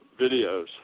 videos